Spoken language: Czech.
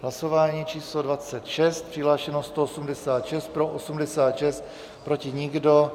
Hlasování číslo 26, přihlášeno 186, pro 86, proti nikdo.